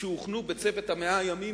שהונחו בצוות 100 הימים,